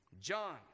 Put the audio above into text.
John